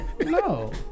No